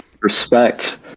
respect